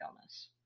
illness